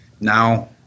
now